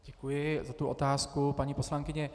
Děkuji za tu otázku, paní poslankyně.